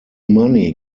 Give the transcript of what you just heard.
money